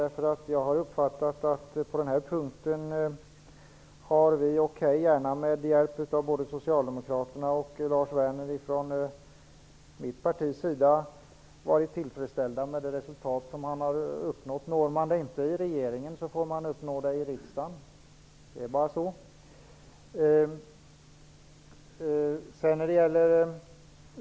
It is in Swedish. Vi har fått hjälp av både socialdemokrater och Lars Werner. Vi har från mitt partis sida varit tillfredsställda med de resultat vi har uppnått. Når man inte målet i regeringen får man försöka nå det i riksdagen. Det är bara så.